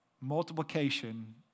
Multiplication